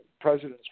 presidents